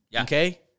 Okay